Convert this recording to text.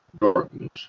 darkness